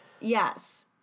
Yes